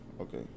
Okay